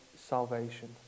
salvation